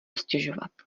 stěžovat